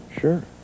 sure